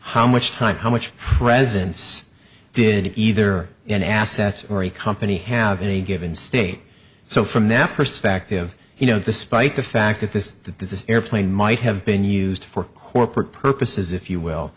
how much time how much presence did either an asset or a company have any given state so from their perspective you know despite the fact that this the airplane might have been used for corporate purposes if you will